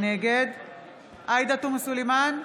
נגד עאידה תומא סלימאן,